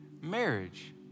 marriage